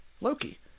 Loki